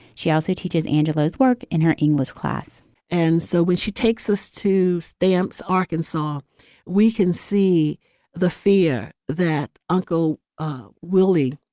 she also teaches angela's work in her english class and so when she takes us to stamps arkansas we can see the fear that uncle um willie